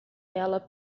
ela